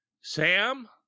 Sam